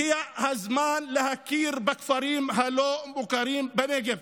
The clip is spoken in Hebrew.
הגיע הזמן להכיר בכפרים הלא-מוכרים בנגב.